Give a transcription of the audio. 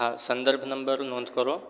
હા સંદર્ભ નંબર નોંધ કરો